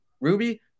Ruby